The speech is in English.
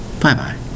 Bye-bye